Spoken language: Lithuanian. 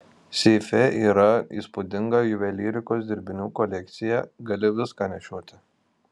seife yra įspūdinga juvelyrikos dirbinių kolekcija gali viską nešioti